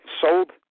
sold